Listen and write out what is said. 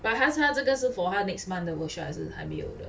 but 他是他这个是 for 他 next month 的 workshop 还是还没有的